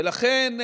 ולכן,